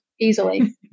easily